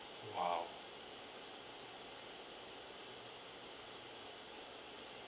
!wow!